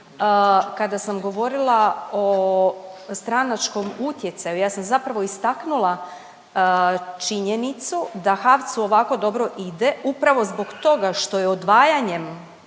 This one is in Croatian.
kada sam govorila o stranačkom utjecaju, ja sam zapravo istaknula činjenicu da HAVC-u ovako dobro ide upravo zbog toga što je odvajanjem